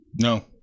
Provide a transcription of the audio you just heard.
No